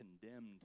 condemned